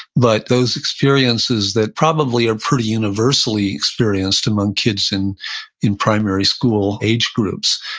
but those experiences that probably are pretty universally experienced among kids in in primary school age groups,